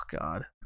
God